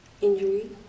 Injury